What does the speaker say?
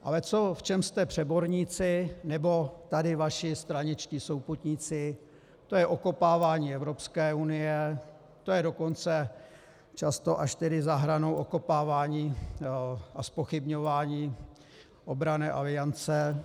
Ale v čem jste přeborníci, nebo tady vaši straničtí souputníci, to je okopávání Evropské unie, to je dokonce často až za hranou okopávání a zpochybňování obranné aliance.